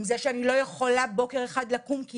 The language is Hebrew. עם זה שאני לא יכולה בוקר אחד לקום כי